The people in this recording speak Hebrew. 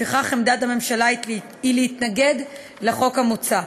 לפיכך, עמדת הממשלה היא להתנגד לחוק המוצע.